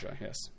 yes